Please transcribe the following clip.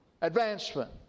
advancement